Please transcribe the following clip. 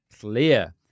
clear